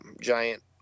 giant